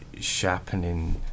sharpening